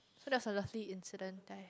so that's a lovely incident that I